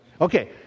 Okay